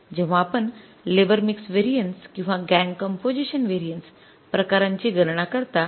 जेव्हा आपण labour mix variances किंवा गॅंग कंपोझिशन व्हेरिएन्सेस प्रकारांची गणना करता